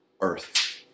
earth